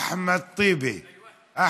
חבר הכנסת אחמד טיבי,